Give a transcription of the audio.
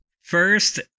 First